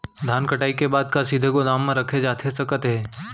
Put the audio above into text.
धान कटाई के बाद का सीधे गोदाम मा रखे जाथे सकत हे?